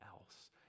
else